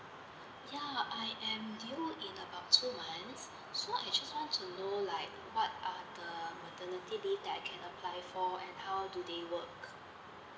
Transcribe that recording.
ya I am due in about two months so I just want to know like what are the maternity leave that I can apply for and how do they work